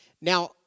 Now